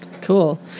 Cool